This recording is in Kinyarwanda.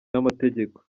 n’amategeko